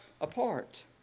apart